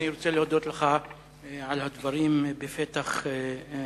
אני רוצה להודות לך על הדברים בפתח הישיבה.